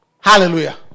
Hallelujah